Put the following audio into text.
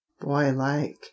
boy-like